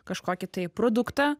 kažkokį tai produktą